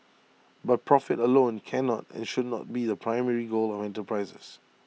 but profit alone cannot and should not be the primary goal of enterprises